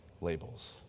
labels